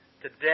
Today